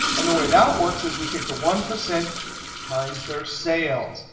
and the way that works is we take the one percent times their sales.